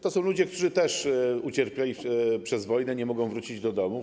To są ludzie, którzy też ucierpieli przez wojnę, nie mogą wrócić do domów.